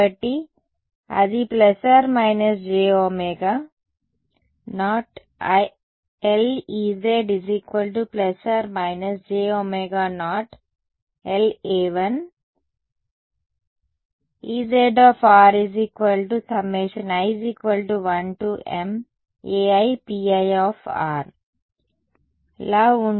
కాబట్టి అది ± jω 0 lEz±j ω0la1 లా ఉంటుంది ఎక్కడైతే Ez i13aipi